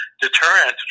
deterrent